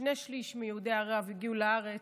שני שלישים מיהודי ערב הגיעו לארץ,